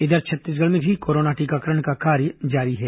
इधर छत्तीसगढ़ में भी कोरोना टीकाकरण का कार्य जारी है